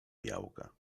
białka